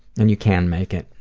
and you can make it,